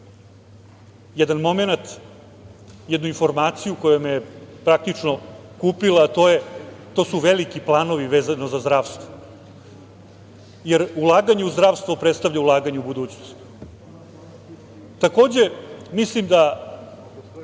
jedan momenat, jednu informaciju, koja me je, praktično, kupila, a to su veliki planovi vezano za zdravstvo, jer ulaganje u zdravstvo predstavlja ulaganje u budućnost. Takođe, mislim da